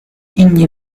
inni